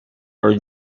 were